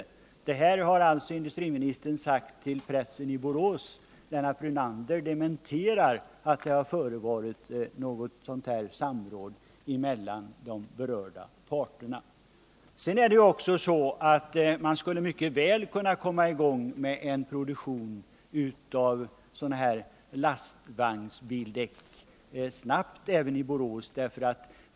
Det här har industriministern sagt till pressen i Borås. Lennart Brunander dementerar att det har förevarit något sådant här samråd mellan de berörda parterna. Sedan är det också så att man skulle mycket väl snabbt kunna komma i gång med en produktion av lastvagnsbildäck även i Borås.